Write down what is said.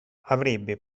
avrebbe